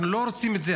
אנחנו לא רוצים את זה.